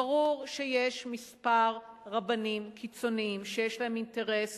ברור שיש כמה רבנים קיצוניים שיש להם אינטרס